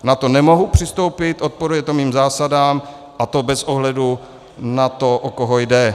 Na to nemohu přistoupit, odporuje to mým zásadám a to bez ohledu na to, o koho jde.